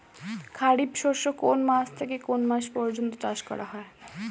খারিফ শস্য কোন মাস থেকে কোন মাস পর্যন্ত চাষ করা হয়?